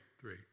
three